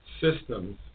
systems